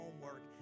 homework